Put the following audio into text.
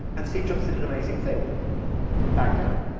and steve jobs did an amazing thing he backed down,